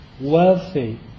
wealthy